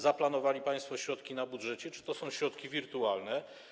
Zaplanowali państwo środki w budżecie czy to są środki wirtualne?